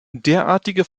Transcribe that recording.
derartige